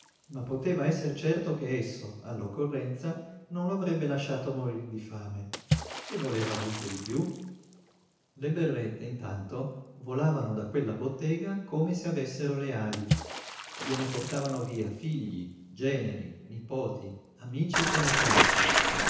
ma poteva esser certo che esso all'occorrenza non lo avrebbe lasciato morir di fame che voleva dunque di piú le berrette intanto volavano da quella bottega come se avessero le ali gliene portavano via figli generi nipoti amici e conoscenti